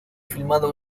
filmado